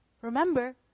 Remember